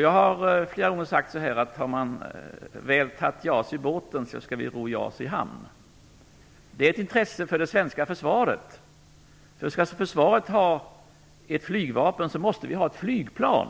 Jag har flera gånger sagt så här: Om vi väl har tagit JAS i båten skall vi ro JAS i hamn. Det är ett intresse för det svenska försvaret. Om Försvaret skall ha ett flygvapen måste det finnas ett flygplan.